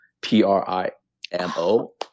P-R-I-M-O